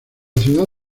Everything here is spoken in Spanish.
ciudad